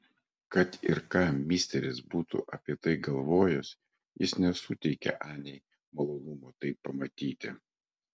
kad ir ką misteris būtų apie tai galvojęs jis nesuteikė anei malonumo tai pamatyti